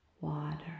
water